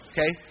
Okay